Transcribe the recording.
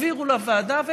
העבירו לוועדה,